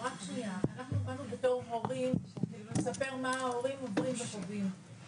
אנחנו באנו לפה בתור הורים כדי לספר מה ההורים עוברים וחווים,